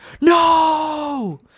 no